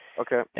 Okay